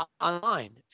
online